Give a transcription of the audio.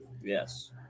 Yes